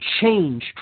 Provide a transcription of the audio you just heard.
change